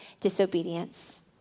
disobedience